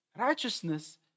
Righteousness